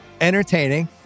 entertaining